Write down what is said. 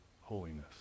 holiness